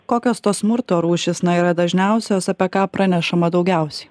kokios tos smurto rūšys yra dažniausios apie ką pranešama daugiausiai